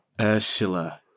Ursula